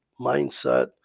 mindset